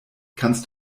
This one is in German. kannst